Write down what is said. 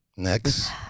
Next